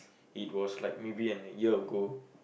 it was like maybe an a year ago